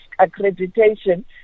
accreditation